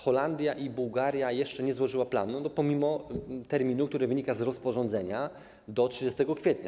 Holandia i Bułgaria jeszcze nie złożyły planu pomimo terminu, który wynika z rozporządzenia, do 30 kwietnia.